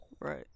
Right